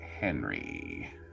Henry